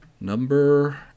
Number